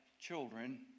children